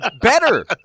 Better